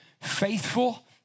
Faithful